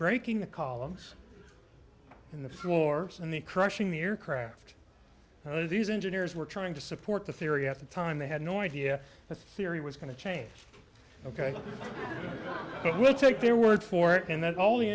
breaking the columns in the floor and the crushing the aircraft these engineers were trying to support the theory at the time they had no idea the theory was going to change ok it would take their word for it and that all the